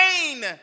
rain